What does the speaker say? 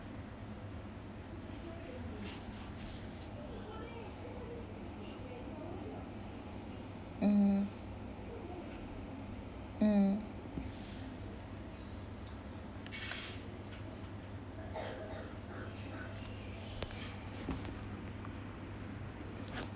mm mm